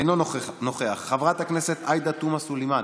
אינו נוכח, חברת הכנסת עאידה תומא סלימאן,